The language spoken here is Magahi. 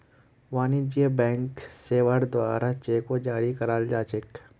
वाणिज्यिक बैंक सेवार द्वारे चेको जारी कराल जा छेक